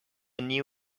new